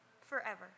forever